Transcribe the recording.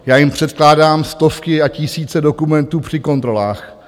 Já jim předkládám stovky a tisíce dokumentů při kontrolách.